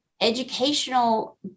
educational